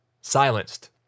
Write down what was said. silenced